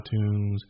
iTunes